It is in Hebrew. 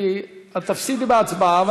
כי את תפסידי בהצבעה,